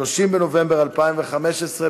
30 בנובמבר 2015,